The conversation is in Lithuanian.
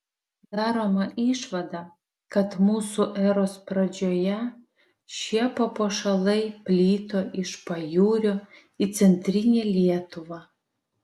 daroma išvada kad mūsų eros pradžioje šie papuošalai plito iš pajūrio į centrinę lietuvą